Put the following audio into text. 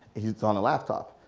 he's on a laptop,